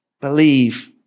believe